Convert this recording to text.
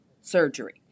surgery